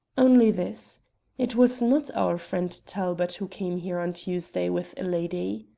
only this it was not our friend talbot who came here on tuesday with a lady.